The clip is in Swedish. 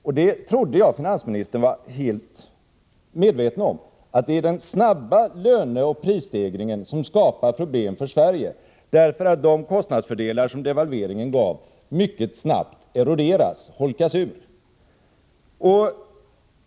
Jag trodde att finansministern var helt medveten om att det är den snabba löneoch prisstegringen som skapar problem för Sverige, därför att de kostnadsfördelar som devalveringen gav mycket snabbt eroderas, holkas ur.